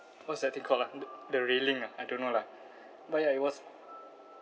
what's that thing called ah the the railing ah I don't know lah but ya it was